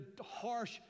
harsh